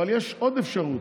יש עוד אפשרות.